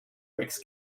rex